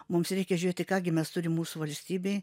mums reikia žiūrėti ką gi mes turim mūsų valstybėj